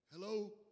Hello